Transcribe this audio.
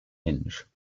hinge